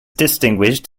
distinguished